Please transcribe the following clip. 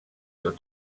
your